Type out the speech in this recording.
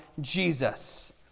Jesus